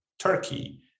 Turkey